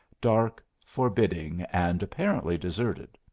dark, forbidding, and apparently deserted.